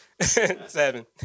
seven